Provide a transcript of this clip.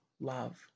love